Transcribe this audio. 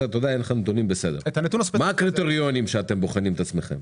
מה הקריטריונים שאתם בוחנים את עצמכם?